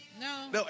No